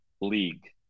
league